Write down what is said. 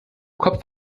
kopf